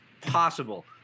possible